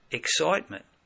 excitement